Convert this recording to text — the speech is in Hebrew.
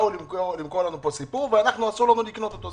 באו למכור לנו פה סיפור ואסור לנו לקנות אותו.